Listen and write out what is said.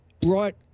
brought